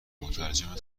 مترجمت